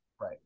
right